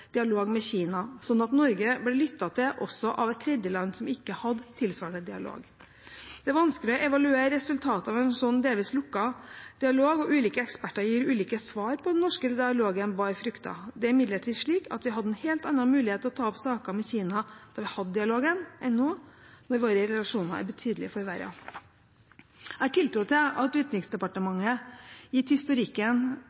dialog med Kina, slik at Norge ble lyttet til også av tredjeland som ikke hadde tilsvarende dialog. Det er vanskelig å evaluere resultater av en slik delvis lukket dialog, og ulike eksperter gir ulike svar på om den norske dialogen bar frukter. Vi hadde imidlertid en helt annet mulighet til å ta opp saker med Kina da vi hadde dialogen enn nå når våre relasjoner er betydelig forverret. Jeg har tiltro til at